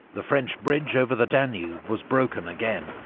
the french bridge over the danube was broken again,